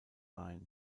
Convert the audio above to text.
line